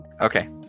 okay